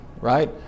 right